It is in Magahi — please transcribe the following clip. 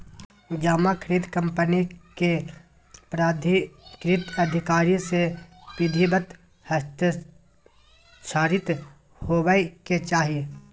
जमा रसीद कंपनी के प्राधिकृत अधिकारी से विधिवत हस्ताक्षरित होबय के चाही